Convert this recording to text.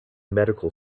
medical